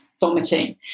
vomiting